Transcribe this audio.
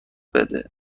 بده